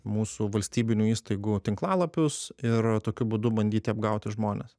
mūsų valstybinių įstaigų tinklalapius ir tokiu būdu bandyti apgauti žmones